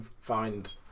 find